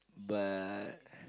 but